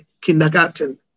kindergarten